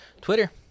Twitter